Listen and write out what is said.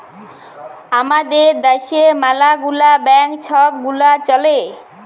আমাদের দ্যাশে ম্যালা গুলা ব্যাংক ছব গুলা চ্যলে